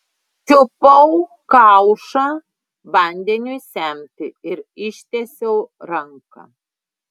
čiupau kaušą vandeniui semti ir ištiesiau ranką